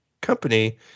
company